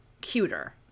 cuter